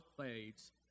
fades